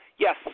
Yes